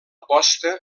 posta